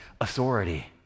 authority